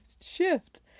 shift